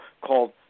called